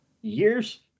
Years